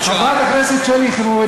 הקם להורגך השכם להורגו,